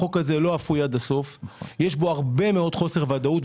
החוק הזה לא אפוי עד הסוף; יש בו הרבה מאוד חוסר ודאות,